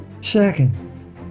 Second